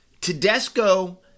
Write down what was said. Tedesco